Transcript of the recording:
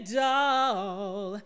doll